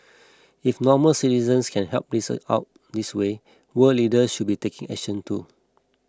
if normal citizens can help out this way world leaders should be taking action too